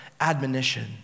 admonition